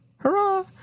Hurrah